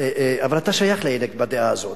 אבל אתה שייך לאלה בדעה הזאת.